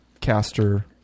caster